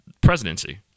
presidency